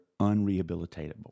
unrehabilitatable